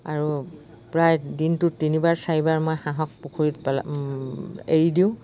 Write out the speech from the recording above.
আৰু প্ৰায় দিনটো তিনিবাৰ চাৰিবাৰ মই হাঁহক পুখুৰীত পালা এৰি দিওঁ